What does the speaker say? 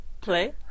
Play